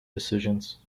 decisions